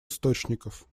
источников